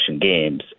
games